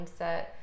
mindset